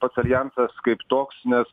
pats aljansas kaip toks nes